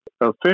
official